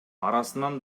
арасынан